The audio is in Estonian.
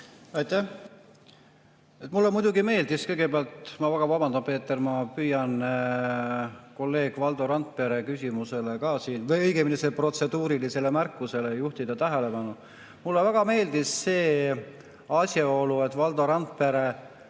Aitäh! Mulle muidugi meeldis – kõigepealt ma väga vabandan, Peeter, ma püüan kolleeg Valdo Randpere küsimusele või õigemini protseduurilisele märkusele tähelepanu juhtida –, aga mulle väga meeldis see asjaolu, et Valdo Randpere